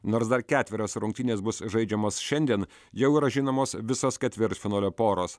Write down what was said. nors dar ketverios rungtynės bus žaidžiamos šiandien jau yra žinomos visos ketvirtfinalio poros